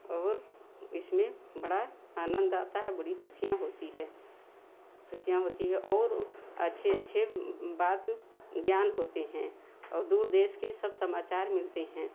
और इसमें बड़ा आनंद आता है बहुत खुशियाँ होती है खुशियाँ होती हैं और अच्छे अच्छे बात ज्ञान होते हैं और दूर देश के सब समाचार मिलते हैं